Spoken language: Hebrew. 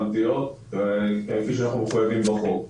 הרלוונטיות, כפי שאנחנו מחויבים בחוק.